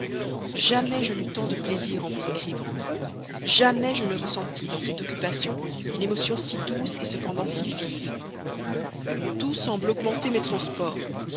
jamais je n'eus tant de plaisir en vous écrivant jamais je ne ressentis dans cette occupation une émotion si douce cependant si vive tout semble augmenter mes transports